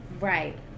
right